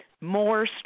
More